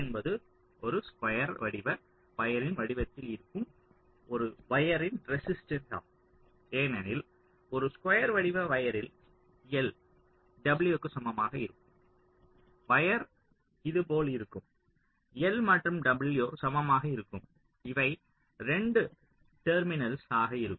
என்பது ஒரு ஸ்குயர் வடிவ வயரின் வடிவத்தில் இருக்கும் ஒரு வயரின் ரெசிஸ்டன்ஸ் ஆகும் ஏனெனில் ஒரு ஸ்குயர் வடிவ வயரில் எல் w க்கு சமமாக இருக்கும் வயர் இது போல் இருக்கும் எல் மற்றும் w சமமாக இருக்கும் இவை 2 டெர்மினல்ஸ் ஆக இருக்கும்